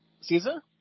Caesar